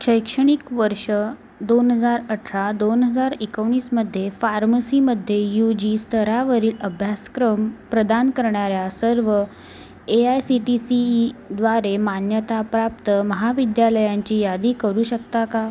शैक्षणिक वर्ष दोन हजार अठरा दोन हजार एकोणीसमध्ये फार्मसीमध्ये यू जी स्तरावरील अभ्यासक्रम प्रदान करणाऱ्या सर्व A I C T C ईद्वारे मान्यताप्राप्त महाविद्यालयांची यादी करू शकता का